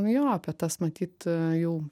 jo apie tas matyt jau